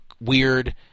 weird